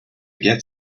get